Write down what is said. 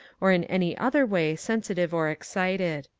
or in any other way sensitive or excited.